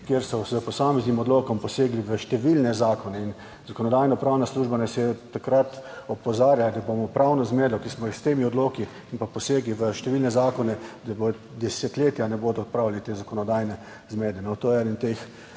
kjer so s posameznim odlokom posegli v številne zakone in Zakonodajno-pravna služba nas je takrat opozarjala, da imamo pravno zmedo, ki smo jih s temi odloki in pa posegi v številne zakone, da desetletja ne bodo odpravili te zakonodajne zmede, no, to je eden od teh,